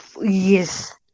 Yes